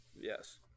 Yes